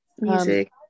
Music